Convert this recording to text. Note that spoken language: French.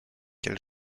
quel